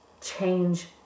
change